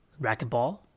racquetball